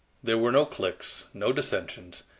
there were no cliques, no dissensions,